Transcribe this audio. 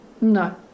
No